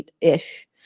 ish